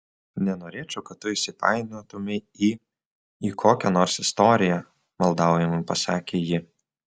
nenorėčiau kad tu įsipainiotumei į į kokią nors istoriją maldaujamai pasakė ji